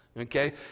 Okay